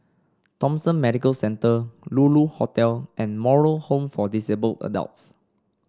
Thomson Medical Centre Lulu Hotel and Moral Home for Disabled Adults